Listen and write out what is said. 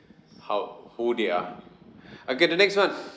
how who they are okay the next one